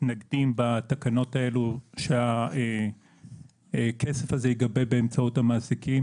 בתקנות האלה אנחנו מתנגדים שהכסף הזה ייגבה באמצעות המעסיקים,